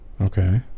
Okay